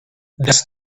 does